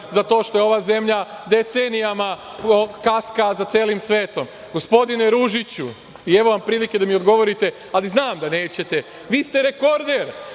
za to što ova zemlja decenijama kaska za celim svetom. Gospodine Ružiću, evo vam prilike da mi odgovorite, ali znam da nećete. Vi ste rekorder.